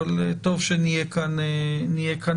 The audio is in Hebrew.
אבל טוב שנהיה כאן ערוכים.